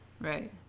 Right